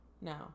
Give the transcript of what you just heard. no